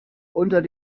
unter